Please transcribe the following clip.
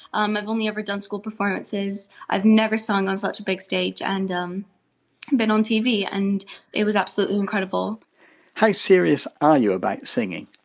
um i've only ever done school performances, i've never sung on such a big stage and um been on tv. and it was absolutely incredible how serious are you about singing?